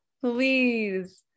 please